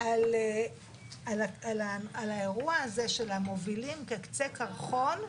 על האירוע הזה של המובילים כקצה קרחון,